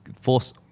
force